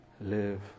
live